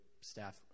staff